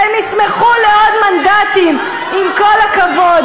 הם לא פחות פטריוטים ממך,